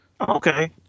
Okay